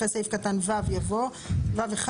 אחרי סעיף קטן (ו) יבוא: (ו1),